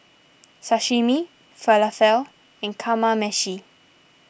Sashimi Falafel and Kamameshi